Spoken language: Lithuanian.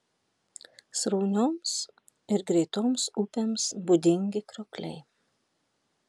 sraunioms ir greitoms upėms būdingi kriokliai